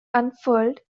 unfurled